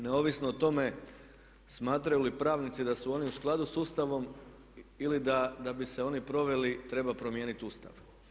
Neovisno o tome smatraju li pravnici da su oni u skladu sa Ustavom ili da bi se oni proveli treba promijeniti Ustav.